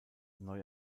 neu